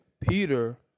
Peter